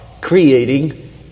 creating